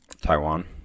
Taiwan